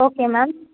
okay ma'am